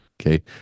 Okay